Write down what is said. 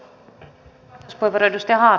näin se vain on